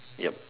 yup